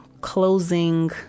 closing